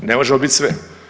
Ne možemo biti sve.